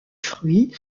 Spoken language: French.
fruits